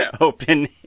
open